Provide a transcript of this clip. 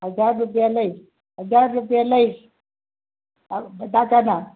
હજાર રૂપિયા લઇશ હજાર રૂપિયા લઇશ બટાકાનાં